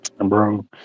bro